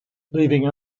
leaving